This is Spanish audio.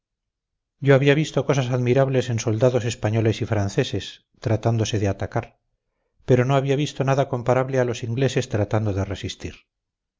yo había visto cosas admirables en soldados españoles y franceses tratándose de atacar pero no había visto nada comparable a los ingleses tratando de resistir